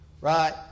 right